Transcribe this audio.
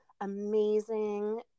amazing